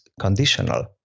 conditional